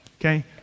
Okay